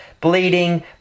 bleeding